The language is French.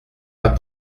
pas